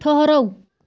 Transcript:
ٹھٔہرَو